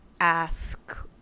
ask